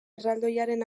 erraldoiaren